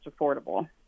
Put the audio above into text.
affordable